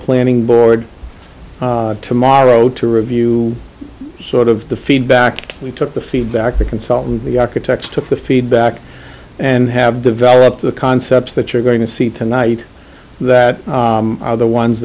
planning board tomorrow to review sort of the feedback we took the feedback the consultant the architect took the feedback and have developed the concepts that you're going to see tonight that are the ones